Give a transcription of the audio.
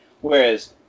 whereas